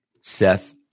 Seth